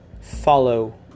follow